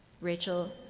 Rachel